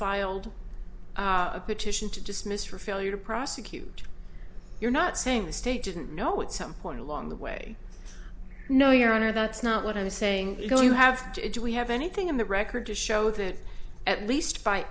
filed a petition to dismiss for failure to prosecute you're not saying the state didn't know what some point along the way no your honor that's not what i'm saying you know you have to do we have anything in the record to show that at least by